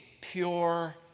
pure